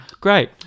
Great